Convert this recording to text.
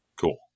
Cool